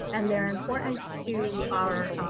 and they're important to our